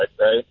right